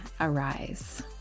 arise